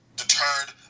deterred